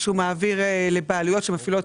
שהוא מעביר לבעלויות שמפעילות